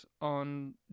on